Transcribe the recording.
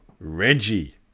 Reggie